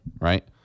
right